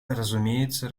разумеется